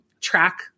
track